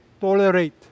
tolerate